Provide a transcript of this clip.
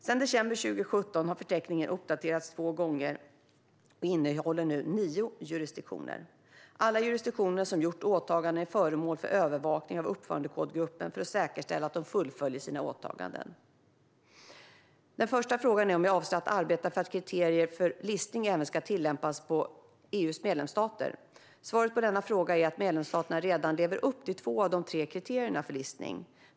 Sedan december 2017 har förteckningen uppdaterats två gånger och innehåller nu nio jurisdiktioner. Alla jurisdiktioner som gjort åtaganden är föremål för övervakning av uppförandekodgruppen för att säkerställa att de fullföljer sina åtaganden. Den första frågan är om jag avser att arbeta för att kriterierna för listning även ska tillämpas på EU:s medlemsstater. Svaret på denna fråga är att medlemsstaterna redan lever upp till två av de tre kriterierna för listning.